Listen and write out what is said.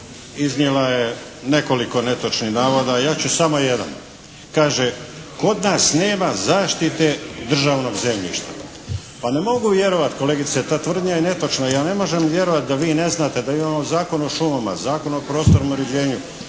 iznijela je nekoliko netočnih navoda, a ja ću samo jedan. Kaže, kod nas nema zaštite državnog zemljišta. Pa ne mogu vjerovati kolegice, ta tvrdnja je netočna. Ja ne mogu vjerovati da vi ne znate da imamo Zakon o šumama, Zakon o prostornom uređenju,